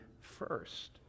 first